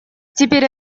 теперь